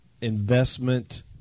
investment